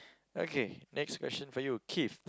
okay next question for you